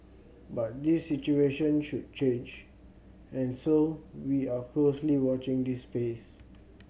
but this situation should change and so we are closely watching this space